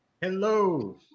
Hello